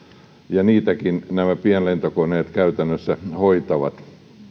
ja niitäkin nämä pienlentokoneet käytännössä hoitavat